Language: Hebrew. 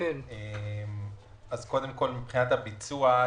מבחינת הביצוע,